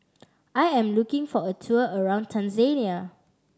I am looking for a tour around Tanzania